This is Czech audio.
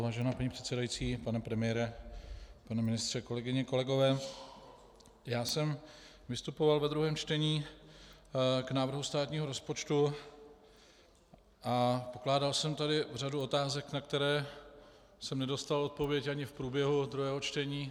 Vážená paní předsedající, pane premiére, pane ministře, kolegyně, kolegové, já jsem vystupoval ve druhém čtení k návrhu státního rozpočtu a pokládal jsem tady řadu otázek, na které jsem nedostal odpověď ani v průběhu druhého čtení.